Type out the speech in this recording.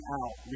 out